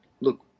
look